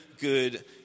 good